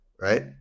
right